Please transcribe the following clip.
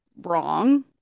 wrong